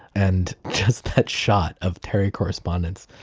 and just that shot of terry correspondence,